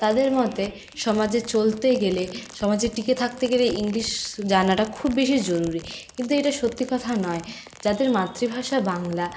তাদের মতে সমাজে চলতে গেলে সমাজে টিকে থাকতে গেলে ইংলিশ জানাটা খুব বেশি জরুরী কিন্তু এটা সত্যি কথা নয় যাদের মাতৃভাষা বাংলা